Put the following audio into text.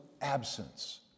absence